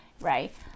right